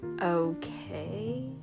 Okay